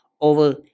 over